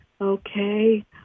Okay